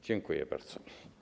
Dziękuję bardzo.